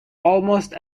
almost